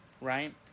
right